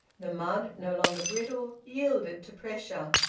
the mud, no longer brittle, yielded to pressure,